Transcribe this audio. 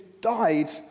died